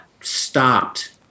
stopped